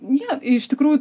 ne iš tikrųjų